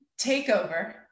takeover